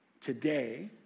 today